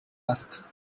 ask